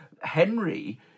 Henry